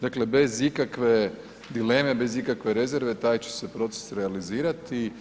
Dakle bez ikakve dileme, bez ikakve rezerve taj će se proces realizirati.